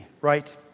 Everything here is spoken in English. right